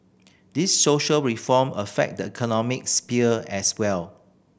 these social reform affect the economic sphere as well